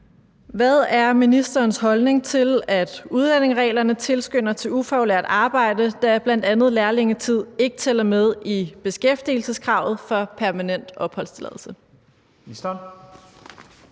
Hvad er ministerens holdning til, at udlændingereglerne tilskynder til ufaglært arbejde, da bl.a. lærlingetid ikke tæller med i beskæftigelseskravet for permanent opholdstilladelse?